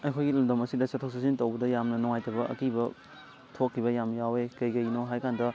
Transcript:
ꯑꯩꯈꯣꯏꯒꯤ ꯂꯝꯗꯝ ꯑꯁꯤꯗ ꯆꯠꯊꯣꯛ ꯆꯠꯁꯤꯟ ꯇꯧꯕꯗ ꯌꯥꯝꯅ ꯅꯨꯡꯉꯥꯏꯇꯕ ꯑꯀꯤꯕ ꯊꯣꯛꯈꯤꯕ ꯌꯥꯝ ꯌꯥꯎꯋꯦ ꯀꯔꯤ ꯀꯔꯤꯅꯣ ꯍꯥꯏ ꯀꯥꯟꯗ